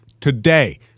today